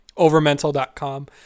Overmental.com